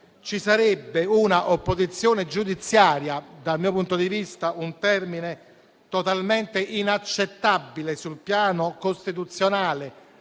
ci sarebbe una opposizione giudiziaria - usando dal mio punto di vista un termine totalmente inaccettabile sul piano costituzionale